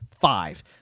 Five